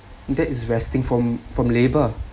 that is resting from from labour